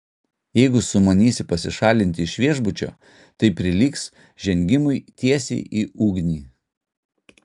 jeigu sumanysi pasišalinti iš viešbučio tai prilygs žengimui tiesiai į ugnį